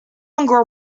longer